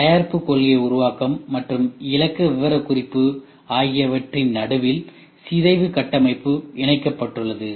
தயாரிப்பு கொள்கை உருவாக்கம் மற்றும் இலக்கு விவரக்குறிப்பு ஆகியவற்றின் நடுவில் சிதைவு கட்டமைப்பு இணைக்கப்பட்டுள்ளது